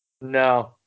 No